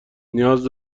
نیاز